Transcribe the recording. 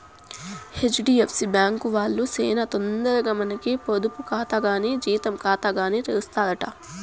HDFC bank వాల్లు సేనా తొందరగా మనకి పొదుపు కాతా కానీ జీతం కాతాగాని తెరుస్తారట